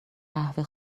قهوه